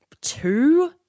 two